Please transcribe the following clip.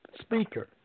speaker